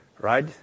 right